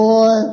Boy